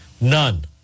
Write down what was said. None